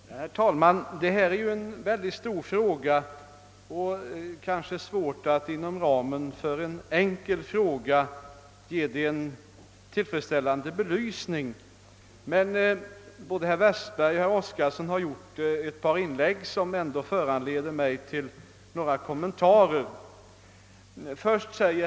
Herr talman! Detta är ju ett mycket stort problem, och det är svårt att ge en tillfredsställande belysning av det inom ramen för en enkel fråga. Men herrar Westberg och Oskarson har gjort inlägg som föranleder några kommentarer av mig.